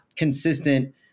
consistent